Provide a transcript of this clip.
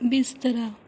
ਬਿਸਤਰਾ